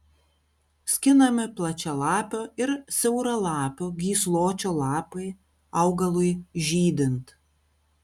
skinami plačialapio ir siauralapio gysločio lapai augalui žydint